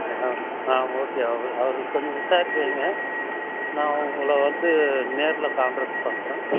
okay அவர் கொஞ்ச விசாரிச்சு வைங்க நான் உங்களை வந்து நேரில் வந்து கான்டாக்ட் பண்ணுறன்